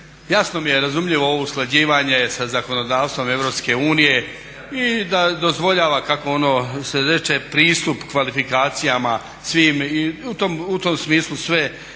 jasno mi i razumljivo ovo usklađivanje sa zakonodavstvom EU i da dozvoljava kako ono se reče pristup kvalifikacijama svim. I u tom smislu sve